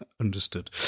understood